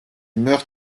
meurt